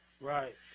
right